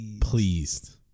pleased